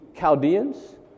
Chaldeans